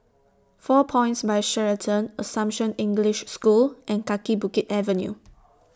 four Points By Sheraton Assumption English School and Kaki Bukit Avenue